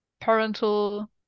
parental